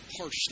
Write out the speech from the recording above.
harsh